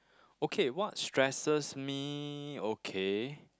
okay what stresses me okay